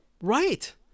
Right